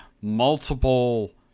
multiple